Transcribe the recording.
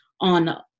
on